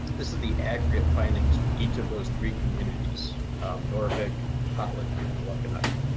this is the aggregate findings for each of those three communities noorvik, kotlik, and alakanuk.